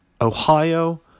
Ohio